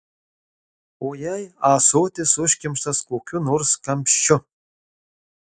o jei ąsotis užkimštas kokiu nors kamščiu